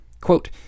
Quote